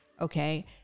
okay